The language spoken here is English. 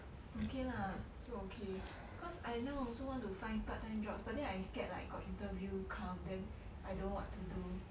okay lah so okay cause I now also want to find part time jobs but then I scared like got interview come then I don't know what to do